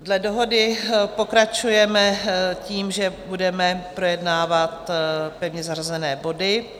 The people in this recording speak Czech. Dle dohody pokračujeme tím, že budeme projednávat pevně zařazené body.